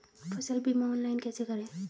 फसल बीमा ऑनलाइन कैसे करें?